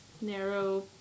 narrow